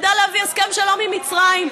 ידע להביא הסכם שלום עם מצרים.